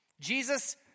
Jesus